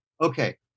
Okay